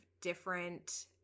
different